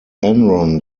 enron